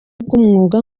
bw’umwuga